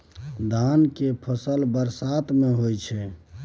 धान के फसल बरसात में होय छै?